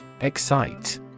Excite